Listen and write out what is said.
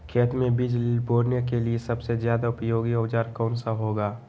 खेत मै बीज बोने के लिए सबसे ज्यादा उपयोगी औजार कौन सा होगा?